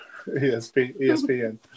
ESPN